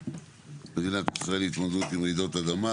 מדינת ישראל להתמודדות עם רעידות אדמה,